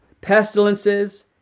pestilences